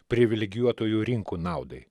privilegijuotųjų rinkų naudai